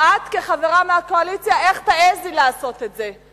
את כחברה מהקואליציה, איך תעזי לעשות את זה?